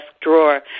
drawer